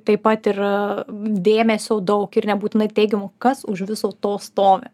taip pat ir dėmesio daug ir nebūtinai teigiamo kas už viso to stovi